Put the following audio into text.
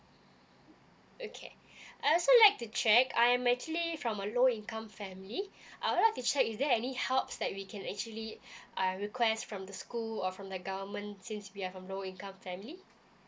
okay I also like to check I'm actually from a low income family I'd like to check is there any helps that we can actually uh request from the school or from the government since we are from low income family